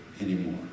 anymore